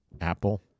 Apple